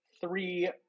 three